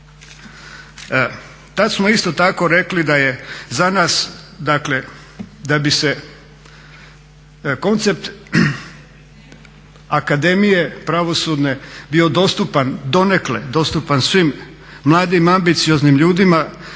Tad smo isto tako rekli da je za nas dakle da bi se koncept Pravosudne akademije bio dostupan donekle dostupan svim mladim, ambicioznim ljudima